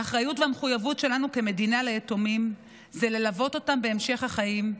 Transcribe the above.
האחריות והמחויבות שלנו כמדינה ליתומים הן ללוות אותם בהמשך החיים,